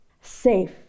Safe